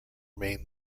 main